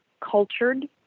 cultured